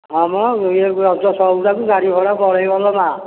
ହଁ ମ ଇଏ ରଜ ସଉଦାକୁ ଗାଡ଼ି ଭଡ଼ା ବଳେଇବ ଲୋ ମା'